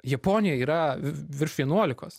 japonijoj yra vi virš vienuolikos